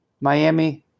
Miami –